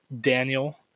daniel